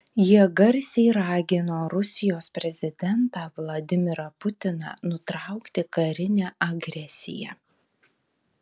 jie garsiai ragino rusijos prezidentą vladimirą putiną nutraukti karinę agresiją